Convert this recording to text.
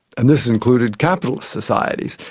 and this included capitalist societies,